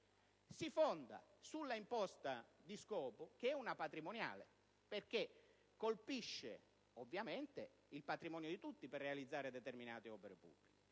inoltre sull'imposta di scopo, che è una patrimoniale, perché colpisce ovviamente il patrimonio di tutti per realizzare determinate opere pubbliche,